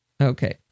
Okay